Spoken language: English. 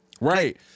Right